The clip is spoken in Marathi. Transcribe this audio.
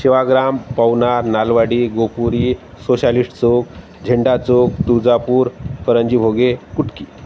सेवाग्राम पवनार नालवाडी गोपुरी सोशालिस्ट चौक झेंडा चौक तुळजापूर कारंजीभोगे कुटकी